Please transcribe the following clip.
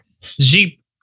Jeep